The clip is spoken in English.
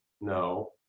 no